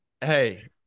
Hey